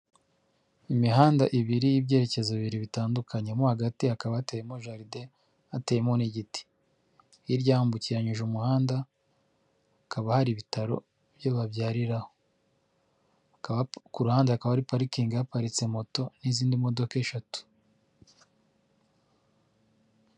Imihanda ibiri y'byerekezo bibiri bitandukanye nko hagati ha akaba hateyemo jaride hateyemo n'igiti hirya wambukiranyije umuhanda hakaba hari ibitaro byobabyarira ku ruhande akaba ari parikingi haparitse moto n'izindi modoka eshatu.